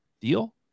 deal